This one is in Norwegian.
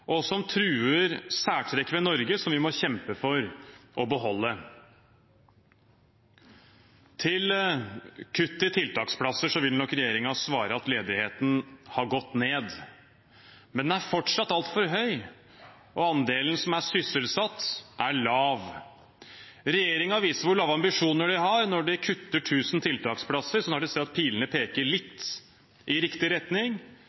og som truer særtrekk ved Norge som vi må kjempe for å beholde. Til kuttet i tiltaksplasser vil nok regjeringen svare at ledigheten har gått ned. Men den er fortsatt altfor høy, og andelen som er sysselsatt, er lav. Regjeringen viser hvor lave ambisjoner de har, når de kutter 1 000 tiltaksplasser så snart de ser at pilene peker litt i riktig retning.